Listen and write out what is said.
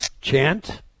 chant